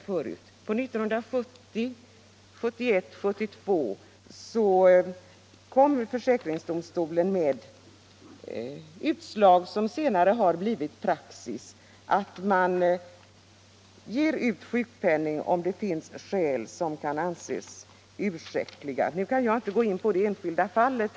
1970, 1971 och 1972 kom försäkringsdomstolen med utslag som medfört att det blivit praxis att man i sådana här fall utger sjukpenning om underlåtenheten att sända in anmälan kan anses ursäktlig. Jag kan naturligtvis inte gå in på det enskilda fallet.